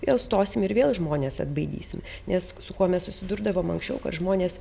vėl stosim ir vėl žmones atbaidysim nes su kuo mes susidurdavom anksčiau kad žmonės